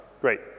Great